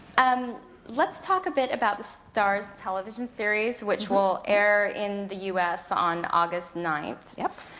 and let's talk a bit about the starz television series, which will air in the u s. on august ninth. yup.